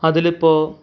അതിലിപ്പോൾ